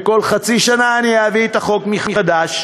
וכל חצי שנה אני אביא את החוק מחדש,